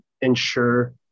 ensure